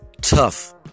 tough